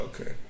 okay